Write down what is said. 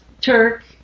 Turk